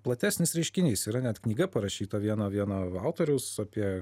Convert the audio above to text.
platesnis reiškinys yra net knyga parašyta vieno vieno autoriaus apie